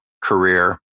career